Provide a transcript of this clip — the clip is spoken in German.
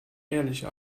ehrliche